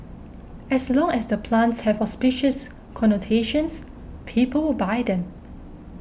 as long as the plants have auspicious connotations people will buy them